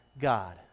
God